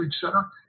center